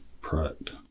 product